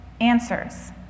answers